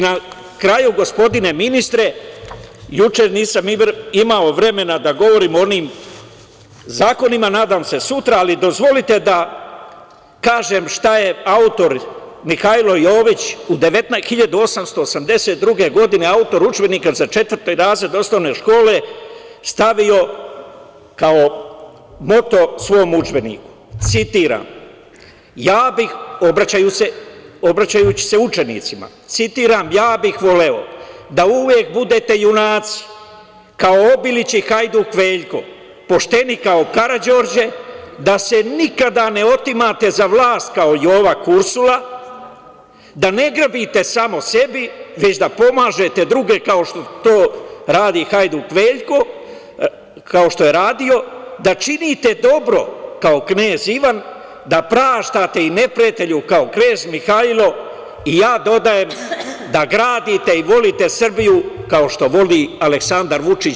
Na kraju, gospodine ministre, juče nisam imao vremena da govorim o onim zakonima, nadam se sutra, ali dozvolite da kažem šta je autor Mihajlo Jović 1882. godine, autor udžbenika za četvrti razred osnovne škole, stavio kao moto svom udžbeniku, obraćajući se učenicima, citiram: "Ja bih voleo da uvek budete junaci kao Obilić i Hajduk Veljko, pošteni kao Karađorđe, da se nikada ne otimate za vlast kao Jova Kursula, da ne grabite samo sebi, već da pomažete druge, kao što to radi Hajduk Veljko, kao što je radio, da činite dobro kao Knez Ivan, da praštate i neprijatelju kao Knez Mihajlo", i ja dodajem - da gradite i volite Srbiju kao što voli Aleksandar Vučić.